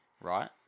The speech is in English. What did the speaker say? right